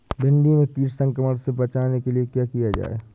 भिंडी में कीट संक्रमण से बचाने के लिए क्या किया जाए?